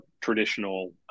traditional